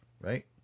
right